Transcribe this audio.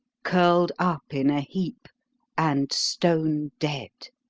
curled up in a heap and stone dead!